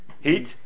heat